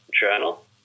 journal